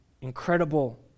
incredible